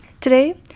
Today